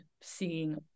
seeing